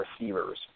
receivers